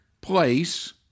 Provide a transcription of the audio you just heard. place